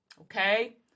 okay